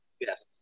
yes